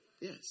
Yes